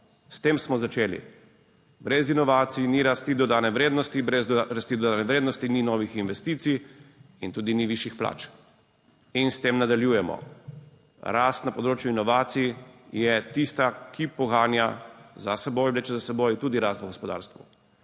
rasti dodane vrednosti, brez rasti dodane vrednosti ni novih investicij. In tudi ni višjih plač. In s tem nadaljujemo, rast na področju inovacij je tista, ki poganja za seboj, vleče za seboj tudi rast v gospodarstvu.